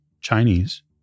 Chinese